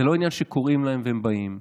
זה לא עניין שקוראים להם והם באים,